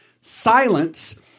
silence